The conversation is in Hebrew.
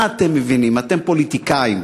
מה אתם מבינים, אתם פוליטיקאים.